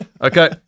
Okay